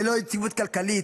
ללא יציבות כלכלית,